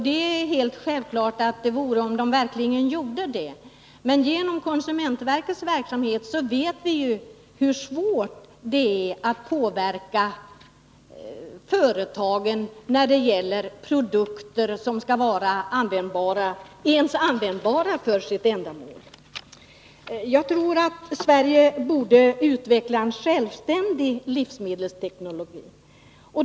Det vore det naturligtvis om man verkligen gjorde det. Men från konsumentverkets verksamhet vet vi hur svårt det är att påverka företagen så att deras produkter ens blir användbara för sitt ändamål. Jag tror att Sverige borde utveckla en självständig livsmedelsteknologi.